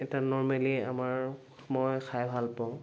এটা নৰ্মেলী আমাৰ মই খাই ভাল পাওঁ